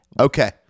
Okay